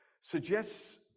suggests